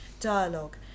dialogue